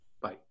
Bye